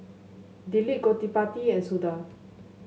Dilip Gottipati and Suda